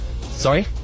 Sorry